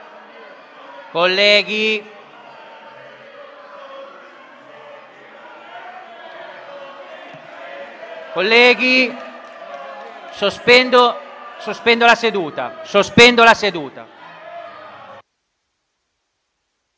Colleghi, sospendo la seduta.